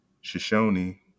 Shoshone